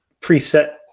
preset